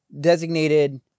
designated